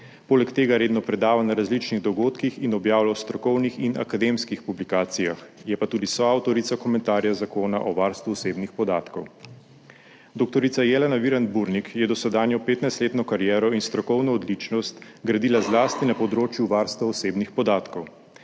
Poleg tega redno predava na različnih dogodkih in objavlja v strokovnih in akademskih publikacijah, je pa tudi soavtorica komentarja Zakona o varstvu osebnih podatkov. Dr. Jelena Virant Burnik je dosedanjo 15-letno kariero in strokovno odličnost gradila zlasti na področju varstva osebnih podatkov.